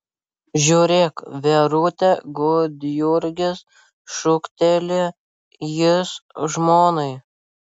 žiūrėk verute gudjurgis šūkteli jis žmonai